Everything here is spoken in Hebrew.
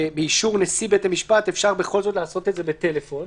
שבאישור נשיא בית המשפט אפשר בכל זאת לעשות את זה בטלפון.